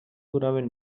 duraven